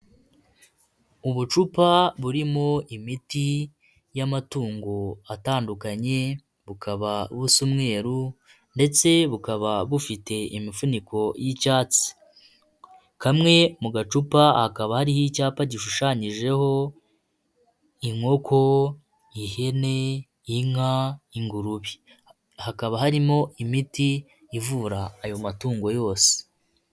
Ubucupa burimo imiti y'amatungo atandukanye, bukaba busa umweru ndetse bukaba bufite imifuniko y'icyatsi. Kamwe mu gacupa hakaba hariho icyapa gishushanyijeho inkoko, ihene, inka, ingurube. Hakaba harimo imiti ivura ayo matungo yose.